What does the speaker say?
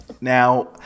Now